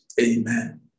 Amen